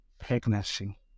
pregnancy